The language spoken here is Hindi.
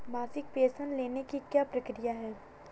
मासिक पेंशन लेने की क्या प्रक्रिया है?